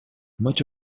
much